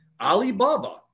Alibaba